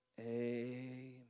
Amen